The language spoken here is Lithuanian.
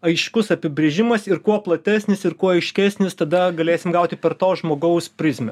aiškus apibrėžimas ir kuo platesnis ir kuo aiškesnis tada galėsim gauti per to žmogaus prizmę